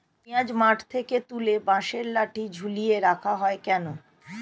পিঁয়াজ মাঠ থেকে তুলে বাঁশের লাঠি ঝুলিয়ে রাখা হয় কেন?